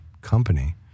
company